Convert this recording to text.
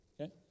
Okay